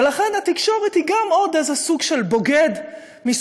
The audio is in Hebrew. ולכן התקשורת היא גם עוד איזה סוג של בוגד מסוג